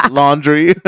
laundry